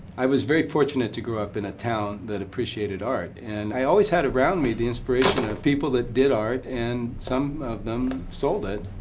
i was very fortunate to grow up in a town that appreciated art, and i always had around me the inspiration of people that did art and and some of them sold it.